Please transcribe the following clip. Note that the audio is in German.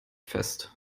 fest